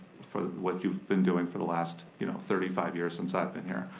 for what you've been doing for the last you know thirty five years since i've been here.